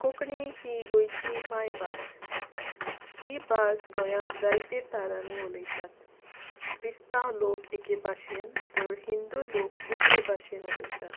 कोंकणी ही गोंयची मांयभास ही भास गोंयांत जायते तरांनी उलयतात क्रिस्तांव लोक एके भाशेन तर हिंदू लोक दुसरे भशेन उलयतात